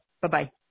bye-bye